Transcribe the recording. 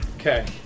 Okay